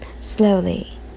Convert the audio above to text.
slowly